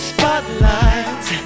Spotlights